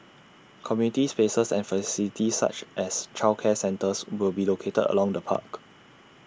community spaces and facilities such as childcare centres will be located along the park